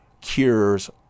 cures